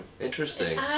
Interesting